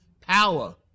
power